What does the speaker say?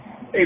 hey